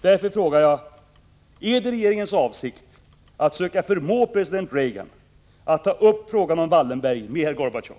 Därför frågar jag: Är det regeringens avsikt att försöka förmå president Reagan att ta upp frågan om Wallenberg med herr Gorbatjov